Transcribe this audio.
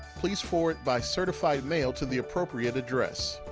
please forward by certified mail to the appropriate address.